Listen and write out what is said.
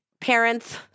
parents